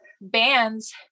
bands